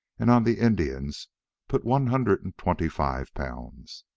and on the indian's put one hundred and twenty-five pounds.